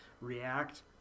react